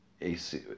AC